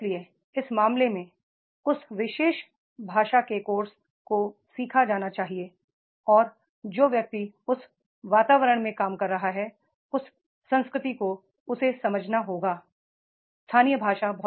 इसलिए इस मामले में उस विशेष भाषा के कोर्स को सीखा जाना चाहिए और जो व्यक्ति उस वातावरण में काम कर रहा है उस संस्कृति को उसे समझना होगा स्थानीय भाषा